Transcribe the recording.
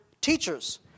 teachers